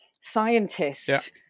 scientist